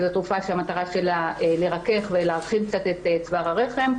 שזו תרופה שהמטרה שלה היא לרכך ולהרחיב קצת את צוואר הרחם.